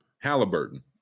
Halliburton